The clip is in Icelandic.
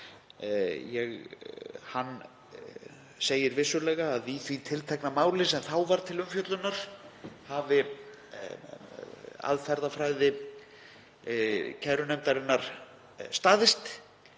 Hann segir vissulega að í því tiltekna máli sem þá var til umfjöllunar hafi aðferðafræði kærunefndarinnar staðist.